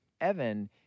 Evan